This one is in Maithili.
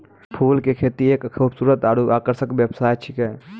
फूल के खेती एक खूबसूरत आरु आकर्षक व्यवसाय छिकै